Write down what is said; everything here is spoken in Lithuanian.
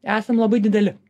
esam labai dideli